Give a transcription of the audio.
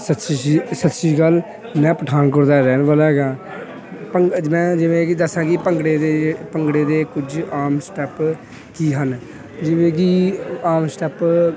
ਸਤ ਸ਼ੀ ਸਤਿ ਸ਼੍ਰੀ ਅਕਾਲ ਮੈਂ ਪਠਾਨਕੋਟ ਦਾ ਰਹਿਣ ਵਾਲਾ ਹੈਗਾ ਭੰ ਅੱਜ ਮੈਂ ਜਿਵੇਂ ਕਿ ਦੱਸਾਂ ਕਿ ਭੰਗੜੇ ਦੇ ਭੰਗੜੇ ਦੇ ਕੁਝ ਆਮ ਸਟੈਪ ਕੀ ਹਨ ਜਿਵੇਂ ਕਿ ਆਮ ਸਟੈਪ